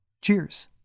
Cheers